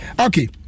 Okay